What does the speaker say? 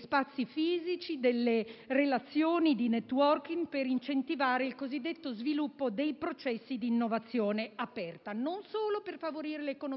spazi fisici e relazioni di *networking* e per incentivare il cosiddetto sviluppo dei processi di innovazione aperta, per favorire non solo le economie locali,